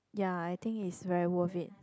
ya I think is very worth it